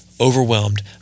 overwhelmed